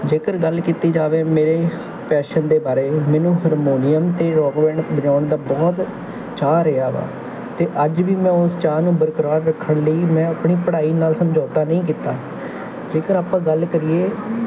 ਜੇਕਰ ਗੱਲ ਕੀਤੀ ਜਾਵੇ ਮੇਰੇ ਪੈਸ਼ਨ ਦੇ ਬਾਰੇ ਮੈਨੂੰ ਹਰਮੋਨੀਅਮ ਅਤੇ ਰੋਕ ਬੈਂਡ ਵਜਾਉਣ ਦਾ ਬਹੁਤ ਚਾਅ ਰਿਹਾ ਵਾ ਅਤੇ ਅੱਜ ਵੀ ਮੈਂ ਉਸ ਚਾਅ ਨੂੰ ਬਰਕਰਾਰ ਰੱਖਣ ਲਈ ਮੈਂ ਆਪਣੀ ਪੜ੍ਹਾਈ ਨਾਲ ਸਮਝੌਤਾ ਨਹੀਂ ਕੀਤਾ ਜੇਕਰ ਆਪਾਂ ਗੱਲ ਕਰੀਏ